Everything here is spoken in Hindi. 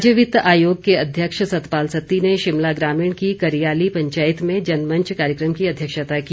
राज्य वित्त आयोग के अध्यक्ष सतपाल सत्ती ने शिमला ग्रामीण की करियाली पंचायत में जनमंच कार्यक्रम की अध्यक्षता की